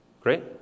great